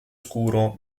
scuro